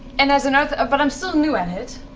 and as an earth ah but i am still new at it.